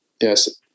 yes